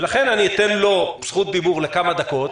ולכן אני אתן לו זכות דיבור לכמה דקות.